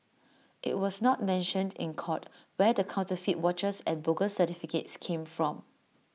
IT was not mentioned in court where the counterfeit watches and bogus certificates came from